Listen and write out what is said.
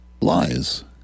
lies